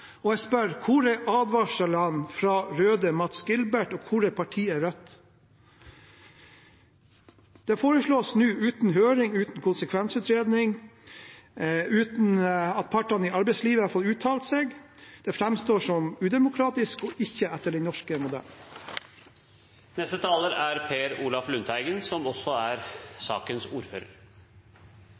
foreslås nå uten høring, uten konsekvensutredning, uten at partene i arbeidslivet har fått uttalt seg. Det framstår som udemokratisk og ikke etter den norske modellen. Jeg har lest brevet fra administrerende direktør Paul Martin Strand ved Nordlandssykehuset. Det er